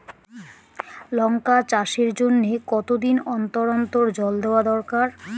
লঙ্কা চাষের জন্যে কতদিন অন্তর অন্তর জল দেওয়া দরকার?